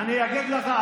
אני אגיד לך,